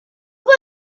was